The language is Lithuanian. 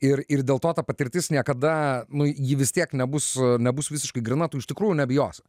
ir ir dėl to ta patirtis niekada nu ji vis tiek nebus nebus visiškai gryna tu iš tikrųjų nebijosi